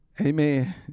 Amen